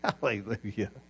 Hallelujah